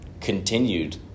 continued